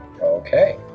Okay